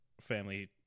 family